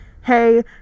Hey